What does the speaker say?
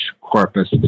corpus